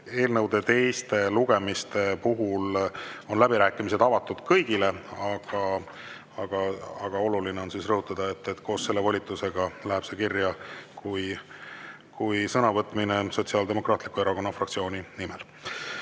eelnõu teisel lugemisel on läbirääkimised avatud kõigile, aga oluline on rõhutada, et koos selle volitusega läheb see kirja kui sõnavõtt Sotsiaaldemokraatliku Erakonna fraktsiooni nimel. Rohkem